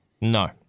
No